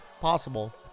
possible